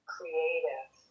Creative